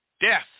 death